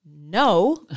no